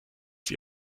sie